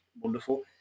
wonderful